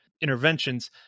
interventions